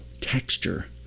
texture